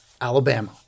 Alabama